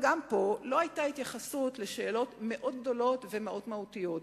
גם פה לא היתה התייחסות לשאלות מאוד גדולות ומאוד מהותיות.